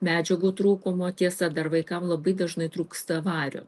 medžiagų trūkumo tiesa dar vaikam labai dažnai trūksta vario